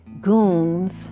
goons